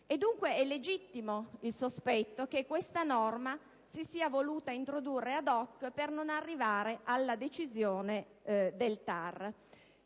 Dunque, è legittimo il sospetto che questa norma si sia voluta introdurre *ad hoc* per non arrivare alla decisione del TAR.